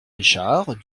richard